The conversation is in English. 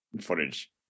footage